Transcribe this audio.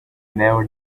never